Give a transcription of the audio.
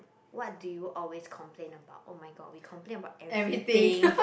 what do you always complain about oh-my-god we complain about everything